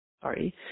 Sorry